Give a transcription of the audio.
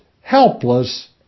helpless